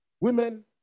Women